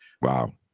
Wow